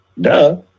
Duh